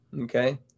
Okay